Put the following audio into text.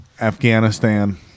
Afghanistan